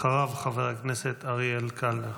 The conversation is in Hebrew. אחריו, חבר הכנסת אריאל קלנר.